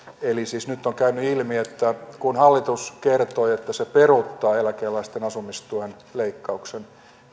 eli siis nyt on käynyt ilmi että kun hallitus kertoi että se peruuttaa eläkeläisten asumistuen leikkauksen